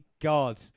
God